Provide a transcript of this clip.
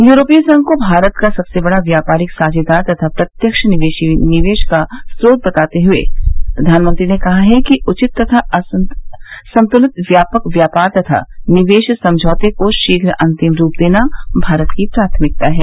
यूरोपीय संघ को भारत का सबसे बड़ा व्यापारिक साझेदार तथा प्रत्यक्ष विदेशी निवेश का स्रोत बताते हुए प्रधानमंत्री ने कहा कि उचित तथा संतुलित व्यापक व्यापार तथा निवेश समझौते को शीघ्र अंतिम रूप देना भारत की प्राथमिकता है